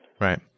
Right